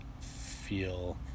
feel